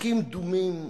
חוקים דומים,